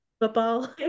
football